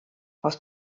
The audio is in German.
aus